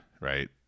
right